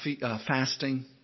fasting